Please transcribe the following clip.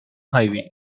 highway